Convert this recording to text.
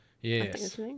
Yes